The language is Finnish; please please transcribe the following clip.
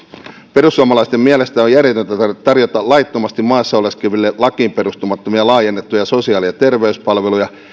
perussuomalaisten mielestä on järjetöntä tarjota laittomasti maassa oleskeleville lakiin perustumattomia laajennettuja sosiaali ja terveyspalveluja